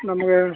ನಮಗೆ